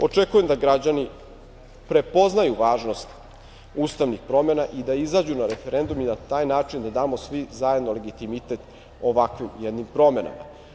Očekujem da građani prepoznaju važnost ustavnih promena i da izađu na referendum i na taj način da damo svi zajedno legitimitet ovakvim jednim promenama.